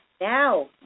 Now